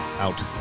out